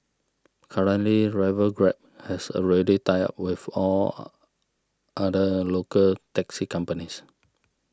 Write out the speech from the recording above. currently rival Grab has already tied up with all other local taxi companies